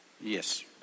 Yes